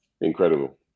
Incredible